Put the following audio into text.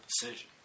decision